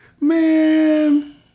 man